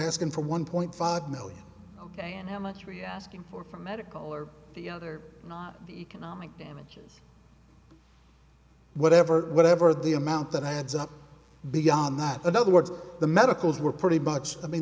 asking for one point five million ok and how much are yes king for for medical or the other not the economic damages whatever whatever the amount that adds up beyond not in other words the medicals were pretty much i mean